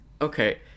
Okay